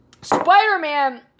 Spider-Man